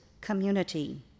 community